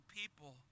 people